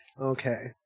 Okay